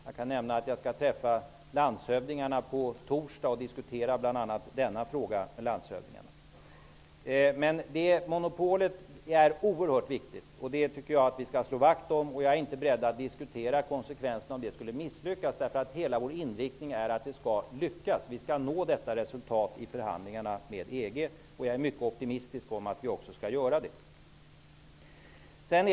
Jag kan nämna att jag på torsdag skall träffa landshövdingarna och diskutera bl.a. denna fråga. Monopolet är alltså oerhört viktigt, och det tycker jag att vi skall slå vakt om. Jag är inte beredd att diskutera konsekvenserna om det skulle misslyckas -- hela vår inriktning är att det skall lyckas. Jag är mycket optimistisk till att vi också skall nå detta resultat i förhandlingarna med EG.